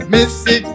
Missy